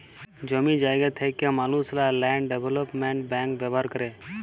জমি জায়গা থ্যাকা মালুসলা ল্যান্ড ডেভলোপমেল্ট ব্যাংক ব্যাভার ক্যরে